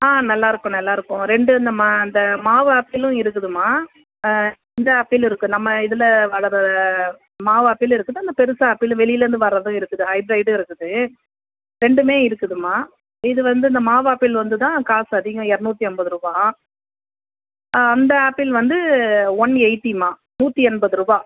ஆ நல்லாயிருக்கும் நல்லாயிருக்கும் ரெண்டு அந்த மா அந்த மாவு ஆப்பிளும் இருக்குதும்மா இந்த ஆப்பிளும் இருக்குது நம்ம இதில் வளர்கிற மாவு ஆப்பிளும் இருக்குது அந்த பெருசு ஆப்பிள் வெளிலேருந்து வரதும் இருக்குது ஹைப்ரைடும் இருக்குது ரெண்டுமே இருக்குதும்மா இது வந்து இந்த மாவு ஆப்பிள் வந்து தான் காசு அதிகம் இருநூற்றி ஐம்பது ரூபாய் அந்த ஆப்பிள் வந்து ஒன் எயிட்டிம்மா நூற்றி எண்பது ரூபாய்